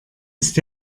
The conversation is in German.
ist